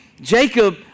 Jacob